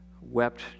wept